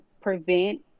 prevent